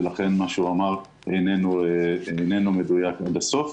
ולכן, מה שהוא אמר איננו מדויק עד הסוף.